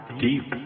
deep